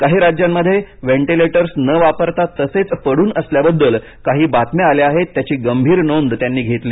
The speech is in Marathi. काही राज्यांमध्ये वेंटिलेटर्स न वापरता तसेच पडून असल्याबद्दल काही बातम्या आल्या आहेत त्याची गंभीर नोंद त्यांनी घेतली